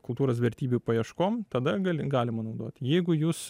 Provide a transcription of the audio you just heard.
kultūros vertybių paieškom tada gali galima naudoti jeigu jūs